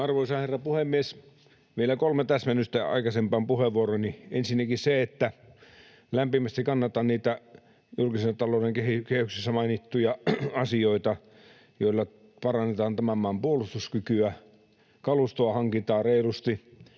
Arvoisa herra puhemies! Vielä kolme täsmennystä aikaisempaan puheenvuorooni. Ensinnäkin se, että lämpimästi kannatan niitä julkisen talouden kehyksissä mainittuja asioita, joilla parannetaan tämän maan puolustuskykyä. Kalustoa hankitaan reilusti,